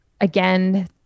Again